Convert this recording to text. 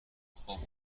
خوب